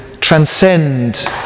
transcend